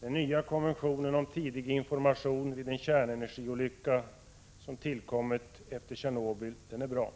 Den nya konventionen om tidig information vid en kärnenergiolycka som tillkommit efter Tjernobyl är bra.